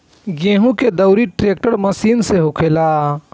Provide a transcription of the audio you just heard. गेहूं के दउरी ट्रेक्टर मशीन से होखेला